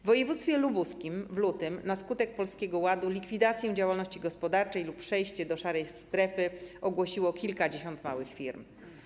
W województwie lubuskim w lutym na skutek Polskiego Ładu likwidację działalności gospodarczej lub przejście do szarej strefy ogłosiło kilkadziesiąt małych firm.